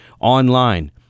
online